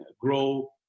grow